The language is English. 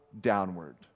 downward